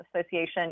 Association